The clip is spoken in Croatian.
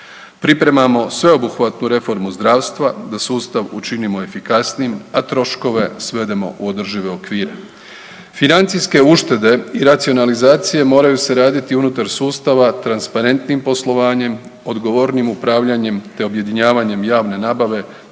Pripremamo sveobuhvatnu reformu zdravstva, da sustav učinimo efikasnijim, a troškove svedemo u održive okvire. Financijske uštede i racionalizacije moraju se raditi unutar sustava transparentnim poslovanjem, odgovornim upravljanjem te objedinjavanjem javne nabave